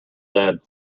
dead